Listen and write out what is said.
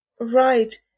Right